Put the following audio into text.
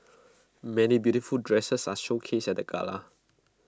many beautiful dresses are showcased at the gala